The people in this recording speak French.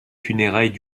funérailles